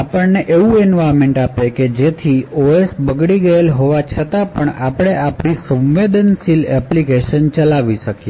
આપણને એવું એન્વાયરમેન્ટ આપે કે જેથી os બગડેલ હોવા છતાં આપણે આપણી સંવેદનશીલ એપ્લિકેશન ચલાવી શકીએ